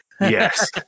Yes